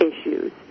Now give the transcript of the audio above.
issues